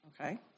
Okay